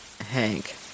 hank